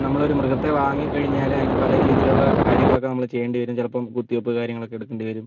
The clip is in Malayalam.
നമ്മളൊരു മൃഗത്തെ വാങ്ങി കഴിഞ്ഞാൽ അതിന് പല രീതിയിലുള്ള കാര്യങ്ങളൊക്കെ നമ്മൾ ചെയ്യേണ്ടി വരും ചിലപ്പോൾ കുത്തിവെപ്പ് കാര്യങ്ങളൊക്കെ എടുക്കേണ്ടിവരും